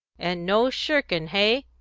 and no shirking, hey?